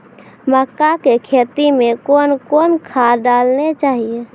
मक्का के खेती मे कौन कौन खाद डालने चाहिए?